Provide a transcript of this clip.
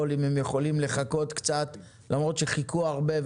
אם הם יכולים לחכות קצת למרות שחיכו הרבה.